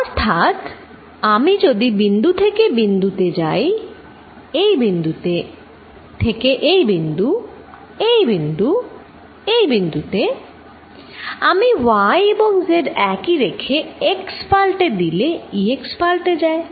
অর্থাৎ আমি যদি বিন্দু থেকে বিন্দু তে যাই এই বিন্দু থেকে এই বিন্দু এই বিন্দু এই বিন্দু তে আমি y এবং z একই রেখে x পাল্টে দিলে Ex পাল্টে যায়